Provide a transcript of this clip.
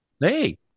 Hey